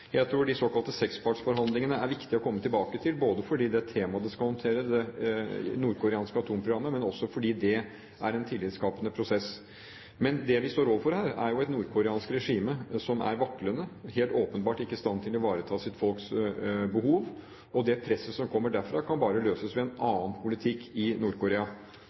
Jeg tror de såkalte sekspartsforhandlingene er viktige å komme tilbake til, på grunn av det temaet de skal håndtere – det nordkoreanske atomprogrammet – men også fordi det er en tillitskapende prosess. Men det vi står overfor her, er et nordkoreansk regime som er vaklende, og helt åpenbart ikke i stand til å ivareta sitt folks behov. Det presset som kommer derfra, kan bare løses ved en annen politikk i